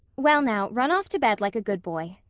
well, now, run off to bed like a good boy.